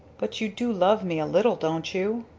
but you do love me a little, don't you?